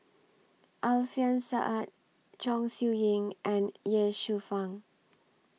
Alfian Sa'at Chong Siew Ying and Ye Shufang